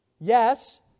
Yes